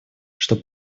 что